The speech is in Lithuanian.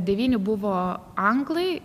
devyni buvo anglai